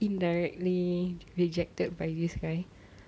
indirectly rejected by this guy